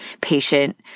patient